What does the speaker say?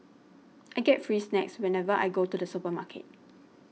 I get free snacks whenever I go to the supermarket